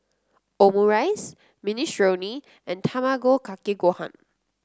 Omurice Minestrone and Tamago Kake Gohan